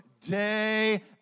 day